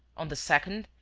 on the second,